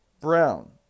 Brown